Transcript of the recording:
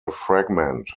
fragment